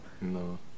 No